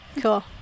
cool